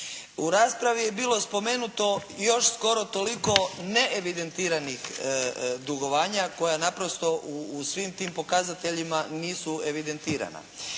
U raspravi je bilo spomenuto još skoro toliko neevidentiranih dugovanja koja naprosto u svim tim pokazateljima nisu evidentirana.